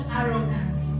arrogance